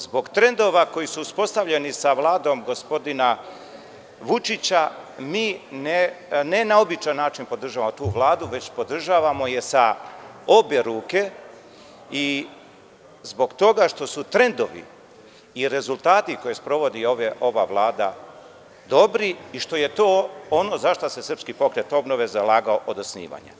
Zbog trendova koji su uspostavljeni sa Vladom gospodina Vučića mi ne na običan način podržavamo tu Vladu, već je podržavamo sa obe ruke i zbog toga što su trendovi i rezultati koje sprovodi ova Vlada dobri i što je to ono za šta se SPO zalagao od osnivanja.